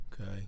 okay